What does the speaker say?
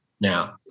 now